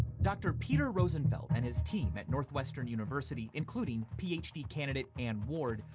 dr. peter rosenfeld and his team at northwestern university, including ph d. candidate anne ward,